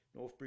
Northbridge